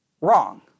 wrong